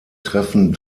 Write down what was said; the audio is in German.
treffen